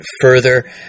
further